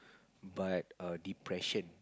but err depression